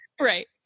Right